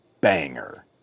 banger